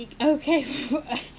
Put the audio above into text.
Okay